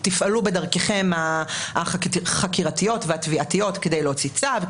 ואז תפעלו בדרככם החקירתיות והתביעתיות עדי להוציא צו,